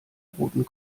roten